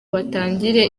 batangire